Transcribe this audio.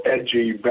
edgy